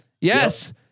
Yes